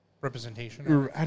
Representation